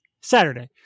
Saturday